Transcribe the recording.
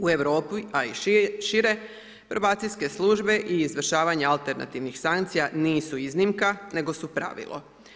U Europi a i šire, probacijske službe i izvršavanja alternativnih sankcija nisu iznimka nego su pravilo.